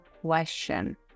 question